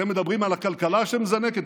אתם מדברים על הכלכלה שמזנקת?